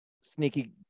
sneaky